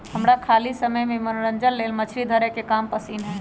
हमरा खाली समय में मनोरंजन लेल मछरी धरे के काम पसिन्न हय